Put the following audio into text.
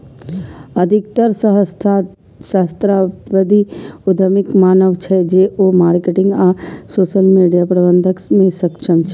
अधिकतर सहस्राब्दी उद्यमीक मानब छै, जे ओ मार्केटिंग आ सोशल मीडिया प्रबंधन मे सक्षम छै